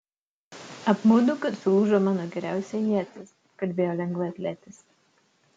apmaudu kad sulūžo mano geriausia ietis kalbėjo lengvaatletis